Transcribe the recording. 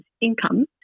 income